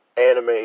anime